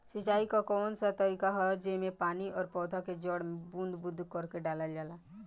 सिंचाई क कउन सा तरीका ह जेम्मे पानी और पौधा क जड़ में बूंद बूंद करके डालल जाला?